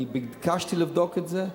אני ביקשתי לבדוק את זה.